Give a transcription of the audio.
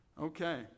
Okay